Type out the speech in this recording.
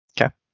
Okay